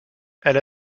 elle